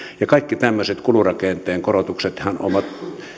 kaikki tämmöiset kulurakenteen korotuksethan ovat